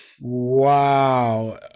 Wow